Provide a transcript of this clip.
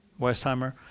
Westheimer